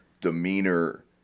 demeanor